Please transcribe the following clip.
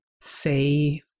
say